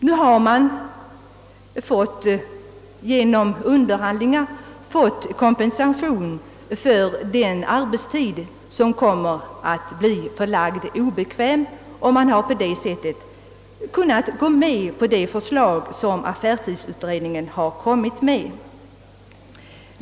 Sedan man nu genom förhandlingar fått bestämmelser om kompensation för obekväm arbetstid, har man kunnat gå med på affärstidsutredningens förslag.